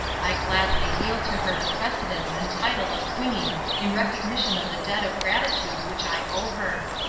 i gladly yield to her the precedence and title of queen in recognition of the debt of gratitude which i owe her.